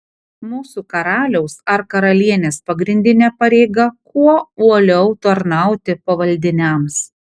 mūsų karaliaus ar karalienės pagrindinė pareiga kuo uoliau tarnauti pavaldiniams